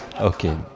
Okay